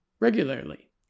regularly